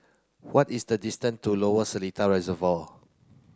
what is the distance to Lower Seletar Reservoir